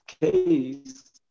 case